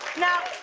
now,